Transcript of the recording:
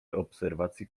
obserwacji